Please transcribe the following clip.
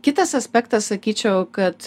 kitas aspektas sakyčiau kad